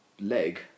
leg